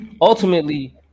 ultimately